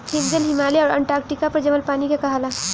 हिमजल, हिमालय आउर अन्टार्टिका पर जमल पानी के कहाला